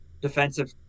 defensive